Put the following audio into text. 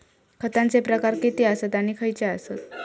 खतांचे प्रकार किती आसत आणि खैचे आसत?